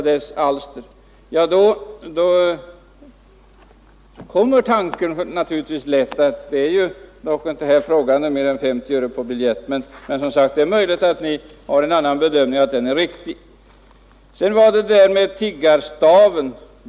Det är emellertid, som sagt, möjligt att man kan göra en annan bedömning och att den är riktig, så jag skall inte diskutera detta mera. Herr Levin talade om tiggarstaven.